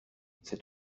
c’est